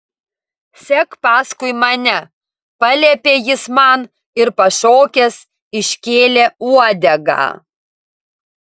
sek paskui mane paliepė jis man ir pašokęs iškėlė uodegą